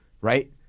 Right